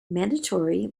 mandatory